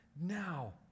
now